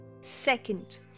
second